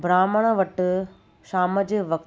ब्राम्हण वटि शाम जे वक़्ति